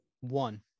One